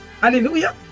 Hallelujah